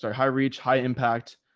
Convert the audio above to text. so high reach, high impact,